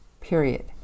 period